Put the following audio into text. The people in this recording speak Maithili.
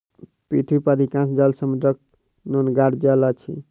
पृथ्वी पर अधिकांश जल समुद्रक नोनगर जल अछि